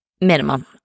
minimum